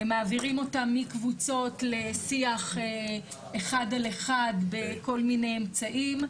מעבירים אותם מקבוצות לשיח אחד על אחד בכל מיני אמצעים,